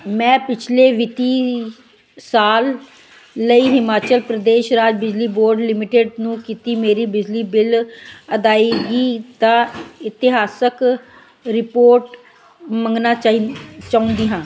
ਮੈਂ ਪਿਛਲੇ ਵਿੱਤੀ ਸਾਲ ਲਈ ਹਿਮਾਚਲ ਪ੍ਰਦੇਸ਼ ਰਾਜ ਬਿਜਲੀ ਬੋਰਡ ਲਿਮਟਿਡ ਨੂੰ ਕੀਤੀ ਮੇਰੀ ਬਿਜਲੀ ਬਿੱਲ ਅਦਾਇਗੀ ਦਾ ਇਤਿਹਾਸਕ ਰਿਪੋਰਟ ਮੰਗਣਾ ਚਾਹ ਚਾਹੁੰਦੀ ਹਾਂ